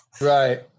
right